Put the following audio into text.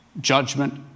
judgment